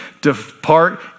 depart